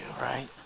right